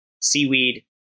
seaweed